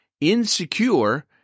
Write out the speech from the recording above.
insecure